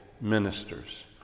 ministers